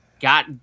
got